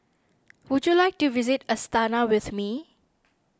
would you like to visit Astana with me